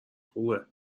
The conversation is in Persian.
خوبه